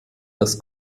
das